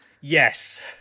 Yes